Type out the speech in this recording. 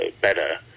better